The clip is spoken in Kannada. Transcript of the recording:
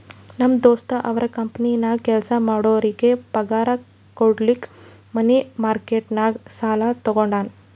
ನಮ್ ದೋಸ್ತ ಅವ್ರ ಕಂಪನಿನಾಗ್ ಕೆಲ್ಸಾ ಮಾಡೋರಿಗ್ ಪಗಾರ್ ಕುಡ್ಲಕ್ ಮನಿ ಮಾರ್ಕೆಟ್ ನಾಗ್ ಸಾಲಾ ತಗೊಂಡಾನ್